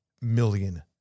million